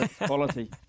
Quality